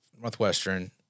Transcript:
Northwestern